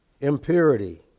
impurity